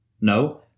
No